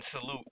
Salute